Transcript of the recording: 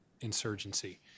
insurgency